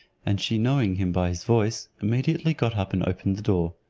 and she knowing him by his voice, immediately got up, and opened the door.